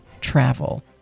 travel